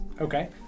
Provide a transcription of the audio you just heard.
Okay